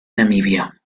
namibia